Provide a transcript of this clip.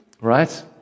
Right